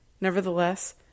Nevertheless